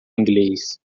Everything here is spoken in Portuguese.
inglês